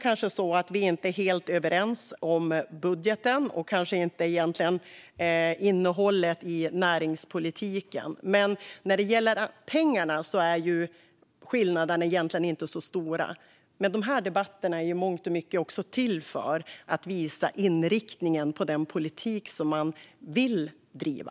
Kanske är vi inte helt överens om budgeten och kanske inte heller om innehållet i näringspolitiken, men när det gäller pengarna är skillnaderna egentligen inte så stora. De här debatterna är i mångt och mycket till för att visa inriktningen på den politik som man vill driva.